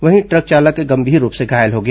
वहीं ट्रिंक चालक गंभीर रूप से घायल हो गया